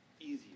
easier